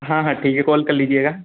हाँ हाँ ठीक है कॉल कर लीजिएगा